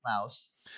mouse